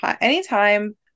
anytime